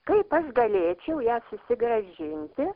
kaip aš galėčiau ją susigrąžinti